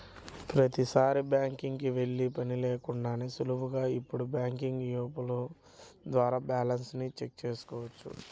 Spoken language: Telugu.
ప్రతీసారీ బ్యాంకుకి వెళ్ళే పని లేకుండానే సులువుగా ఇప్పుడు బ్యాంకు యాపుల ద్వారా బ్యాలెన్స్ ని చెక్ చేసుకోవచ్చు